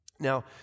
Now